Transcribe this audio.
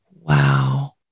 Wow